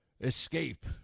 escape